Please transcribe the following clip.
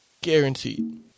Guaranteed